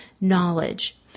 knowledge